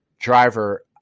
Driver